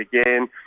again